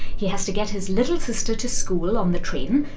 he has to get his little sister to school on the train.